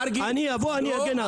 אני אבוא, אני אגן על זה.